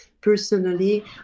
personally